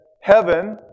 heaven